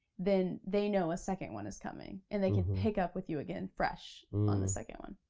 then they know a second one is coming and they can pick up with you again fresh on the second one.